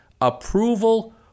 approval